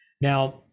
now